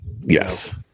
yes